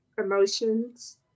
Emotions